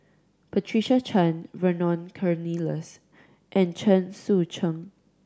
Patricia Chan Vernon Cornelius and Chen Sucheng